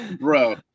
bro